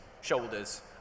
shoulders